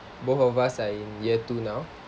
both of us are in year two now